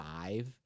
five